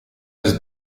was